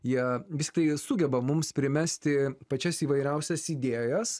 jie vis tiktai sugeba mums primesti pačias įvairiausias idėjas